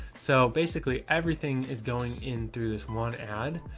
so basically everything is going in through this one ad.